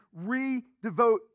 redevote